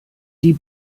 die